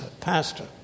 Pastor